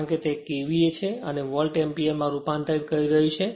કારણ કે તે KVA છે અને તેને વોલ્ટ એમ્પીયરમાં રૂપાંતરિત કરી રહ્યું છે